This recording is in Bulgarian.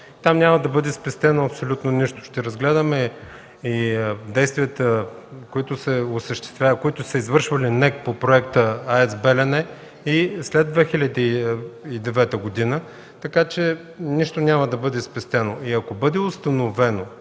Там няма да бъде спестено абсолютно нищо. Ще разгледаме и действията, които са извършвали НЕК по проекта „АЕЦ „Белене” и след 2009 г., така че нищо няма да бъде спестено. Ако бъдат установени